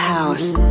House